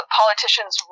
politicians